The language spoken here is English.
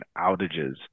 outages